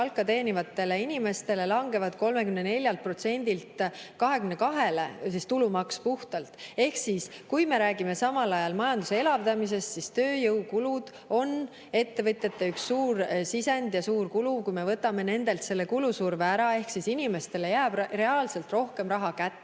palka teenivatel inimestel 34%-lt 22%-le – see on puhtalt tulumaks. Kui me räägime samal ajal majanduse elavdamisest, siis tööjõukulud on ettevõtjatel üks suur sisend ja suur kulu. Kui me võtame nendelt selle kulusurve ära, siis inimestele jääb reaalselt rohkem raha kätte